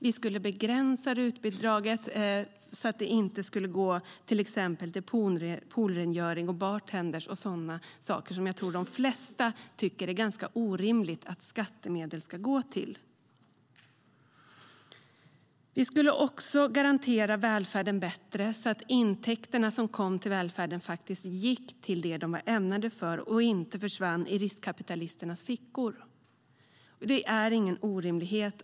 Vi skulle begränsa RUT-bidraget, så att det inte skulle gå till exempelvis poolrengöring, bartendrar och andra saker som jag tror att de flesta tycker det är ganska orimligt att skattemedel ska gå till. Vi skulle också garantera välfärden bättre, så att intäkterna som kom till välfärden faktiskt gick till det de är ämnade för och inte försvann i riskkapitalisternas fickor. Det är ingen orimlighet.